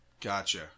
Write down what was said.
Gotcha